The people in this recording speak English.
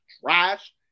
trash